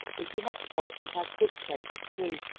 if he has faults he has good traits too.